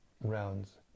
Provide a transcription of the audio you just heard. rounds